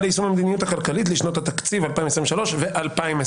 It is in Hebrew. ליישום המדיניות הכלכלית לשנות התקציב 2023 ו-2024).